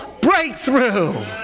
breakthrough